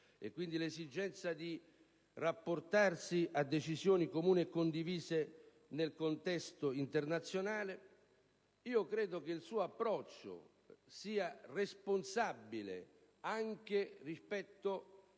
quindi l'esigenza di rapportarsi a decisioni comuni e condivise nel contesto internazionale, io credo che il suo approccio sia responsabile anche rispetto